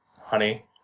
honey